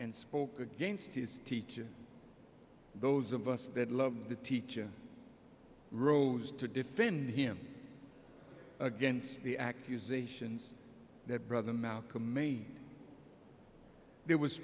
and spoke against his teacher those of us that love the teacher rose to defend him against the accusations that brother malcolm made there was